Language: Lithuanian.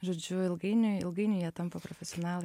žodžiu ilgainiui ilgainiui jie tampa profesionalai